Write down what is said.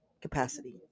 capacity